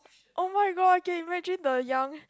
oh-my-god can imagine the young